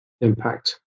impact